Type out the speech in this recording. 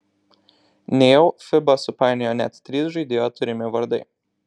nejau fiba supainiojo net trys žaidėjo turimi vardai